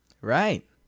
Right